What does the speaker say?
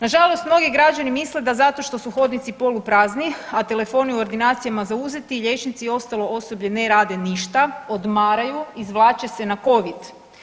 Nažalost mnogi građani misle da zato što su hodnici poluprazni, a telefoni u ordinacijama zauzeti, liječnici i ostalo osoblje ne radi ništa, odmaraju, izvlače se na Covid.